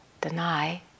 deny